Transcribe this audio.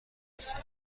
لثه